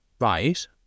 Right